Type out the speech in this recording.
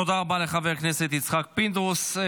תודה רבה לחבר הכנסת יצחק פינדרוס.